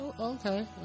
Okay